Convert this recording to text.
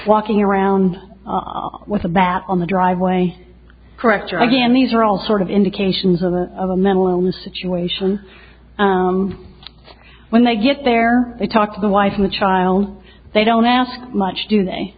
walking around with a bat on the driveway correct or again these are all sort of indications of a of a mental illness situation when they get there they talk to the wife of the child they don't ask much do they